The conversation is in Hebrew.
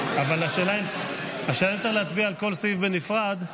השאלה היא אם צריך להצביע על כל סעיף בנפרד.